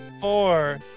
four